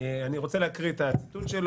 אני רוצה להקריא את הציטוט.